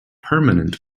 permanent